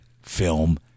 film